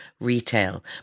retail